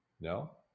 no